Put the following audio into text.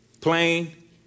Plain